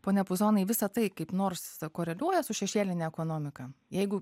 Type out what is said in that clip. pone puzonai visa tai kaip nors koreliuoja su šešėline ekonomika jeigu